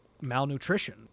malnutrition